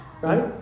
right